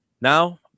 now